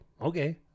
okay